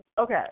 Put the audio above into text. Okay